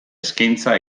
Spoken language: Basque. eskaintza